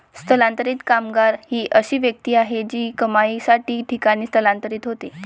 स्थलांतरित कामगार ही अशी व्यक्ती आहे जी कमाईसाठी ठिकाणी स्थलांतरित होते